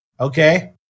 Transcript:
Okay